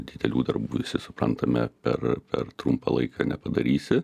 didelių darbų visi suprantame per per trumpą laiką nepadarysi